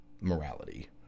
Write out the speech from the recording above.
morality